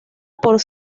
por